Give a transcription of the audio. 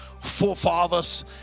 forefathers